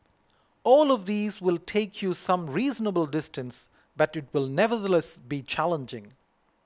all of these will take you some reasonable distance but it will nevertheless be challenging